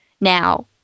Now